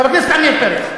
חבר הכנסת עמיר פרץ,